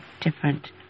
different